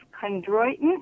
chondroitin